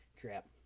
crap